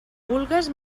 vulgues